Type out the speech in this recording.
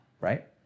right